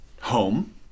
home